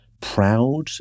proud